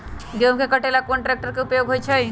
गेंहू के कटे ला कोंन ट्रेक्टर के उपयोग होइ छई?